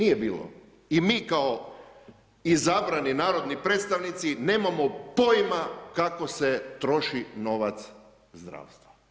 I mi kao izabrani narodni predstavnici nemamo pojma kako se troši novac zdravstva.